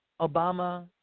Obama